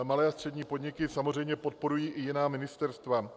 Malé a střední podniky samozřejmě podporují i jiná ministerstva.